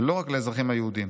ולא רק לאזרחים היהודים.